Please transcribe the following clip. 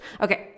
okay